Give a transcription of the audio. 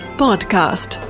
podcast